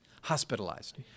hospitalized